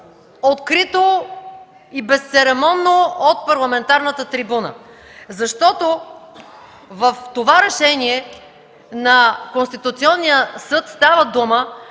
открито и безцеремонно от парламентарната трибуна. В това решение на Конституционния съд става дума,